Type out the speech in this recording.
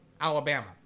Alabama